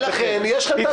לכן יש לכם את האפשרות.